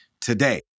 today